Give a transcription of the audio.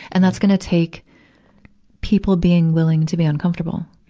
and that's gonna take people being willing to be uncomfortable.